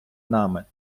нами